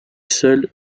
seul